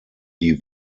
die